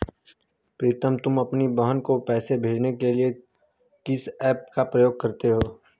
प्रीतम तुम अपनी बहन को पैसे भेजने के लिए किस ऐप का प्रयोग करते हो?